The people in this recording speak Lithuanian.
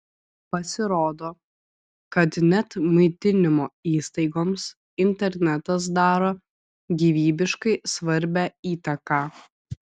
pasirodo kad net maitinimo įstaigoms internetas daro gyvybiškai svarbią įtaką